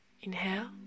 inhale